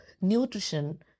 nutrition